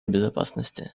безопасности